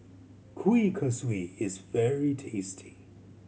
Kuih Kaswi is very tasty